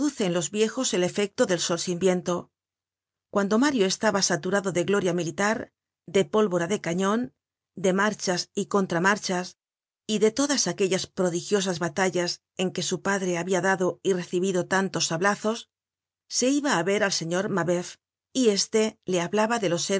en los viejos el efecto del sol sin viento cuando mario estaba saturado de gloria militar de pólvora de cañon de marchas y contramarchas y dé todas aquellas prodigiosas batallas en que su padre habia dado y recibido tantos sablazos se iba á ver al señor mabeuf y éste le hablaba de los